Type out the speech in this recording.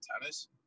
tennis